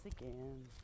again